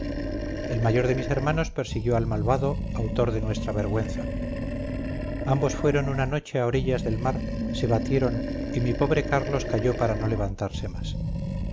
el mayor de mis hermanos persiguió al malvado autor de nuestra vergüenza ambos fueron una noche a orillas del mar se batieron y mi pobre carlos cayó para no levantarse más